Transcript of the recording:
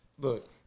Look